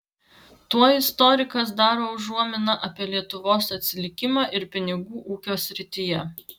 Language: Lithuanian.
tuo istorikas daro užuominą apie lietuvos atsilikimą ir pinigų ūkio srityje